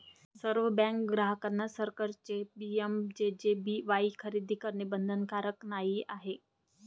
सर्व बँक ग्राहकांना सरकारचे पी.एम.जे.जे.बी.वाई खरेदी करणे बंधनकारक नाही आहे